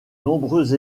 nombreuses